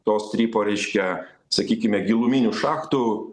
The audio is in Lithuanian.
to strypo reiškia sakykime giluminių šachtų